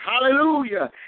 Hallelujah